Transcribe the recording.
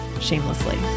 shamelessly